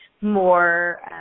more